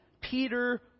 Peter